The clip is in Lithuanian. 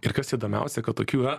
ir kas įdomiausia kad tokių yra